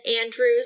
Andrew's